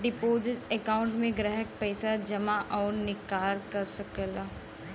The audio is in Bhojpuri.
डिपोजिट अकांउट में ग्राहक पइसा जमा आउर निकाल सकला